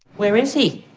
where is he?